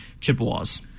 Chippewas